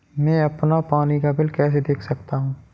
मैं अपना पानी का बिल कैसे देख सकता हूँ?